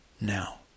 now